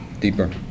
deeper